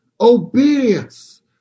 obedience